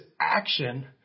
action